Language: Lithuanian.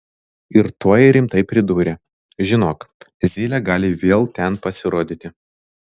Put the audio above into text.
ir tuoj rimtai pridūrė žinok zylė gali vėl ten pasirodyti